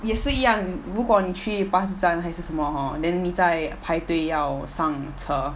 也是一样如果你去巴士站还是什么 hor then 你在排队要上车